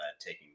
taking